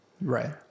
Right